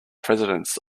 presidents